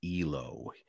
Elo